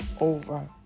over